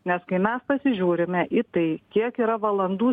nes kai mes pasižiūrime į tai kiek yra valandų